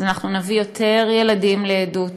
אז אנחנו נביא יותר ילדים לעדות